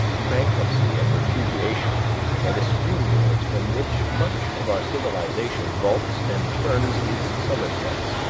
bankruptcy and repudiation are the springboards from which much of our civilization vaults and turns its somersets,